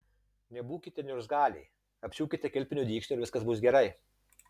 nebūkite niurzgaliai apsiūkite kilpiniu dygsniu ir viskas bus gerai